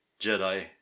Jedi